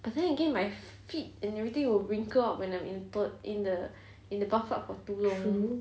but then again my feet and everything will wrinkle up when I'm in the to~ in the bathtub for too long